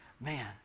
Man